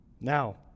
Now